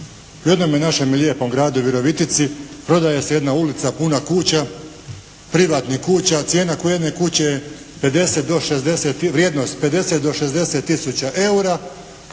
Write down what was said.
U jednom našem lijepom gradu Virovitici prodaje se jedna ulica puna kuća, privatnih kuća. Cijena jedne kuće je vrijednost 50 do 60 tisuća eura,